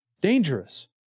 dangerous